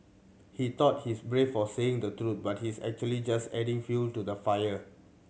he thought he's brave for saying the truth but he's actually just adding fuel to the fire